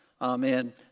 Amen